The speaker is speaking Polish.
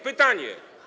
Pytanie.